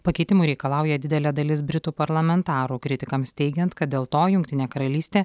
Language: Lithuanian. pakeitimų reikalauja didelė dalis britų parlamentarų kritikams teigiant kad dėl to jungtinė karalystė